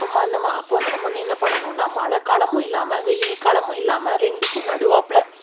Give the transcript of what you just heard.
அப்போ அந்த ம அப்போ வந்து நம்ம வந்து என்ன பண்ணணுன்னால் மழைக்காலமும் இல்லாமல் வெயில் காலமும் இல்லாமல் ரெண்டுக்கும் நடுவாப்பில்